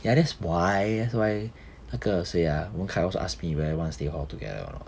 ya that's why that's why 那个谁 ah wen kai also ask me whether want stay hall together or not